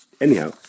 Anyhow